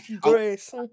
Grace